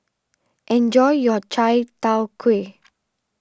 enjoy your Chai Tow Kway